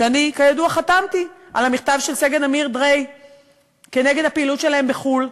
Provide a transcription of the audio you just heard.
כידוע אני חתמתי על המכתב של סגן עמית דרי נגד הפעילות שלהם בחו"ל,